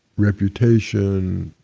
reputation,